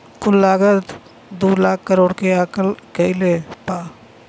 कुल लागत दू लाख करोड़ के आकल गएल बा